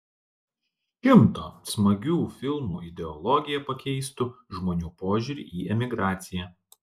šimto smagių filmų ideologija pakeistų žmonių požiūrį į emigraciją